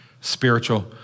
spiritual